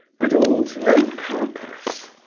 but all to no purpose.